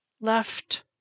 Left